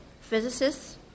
physicists